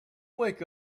wake